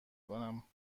کنم